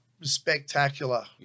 spectacular